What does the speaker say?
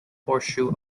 horseshoe